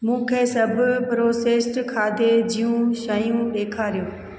मूंखे सभु प्रोसेस्ड खाधे जूं शयूं ॾेखारियो